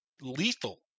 lethal